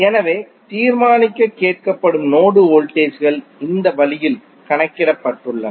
எனவே தீர்மானிக்க கேட்கப்படும் நோடு வோல்டேஜ் கள் இந்த வழியில் கணக்கிடப்பட்டுள்ளன